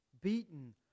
beaten